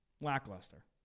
Lackluster